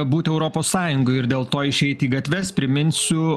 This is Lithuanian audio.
būt europos sąjungoj ir dėl to išeit į gatves priminsiu